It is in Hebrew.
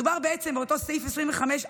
מדובר בעצם, באותו סעיף 25א(ב),